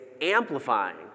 amplifying